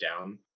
down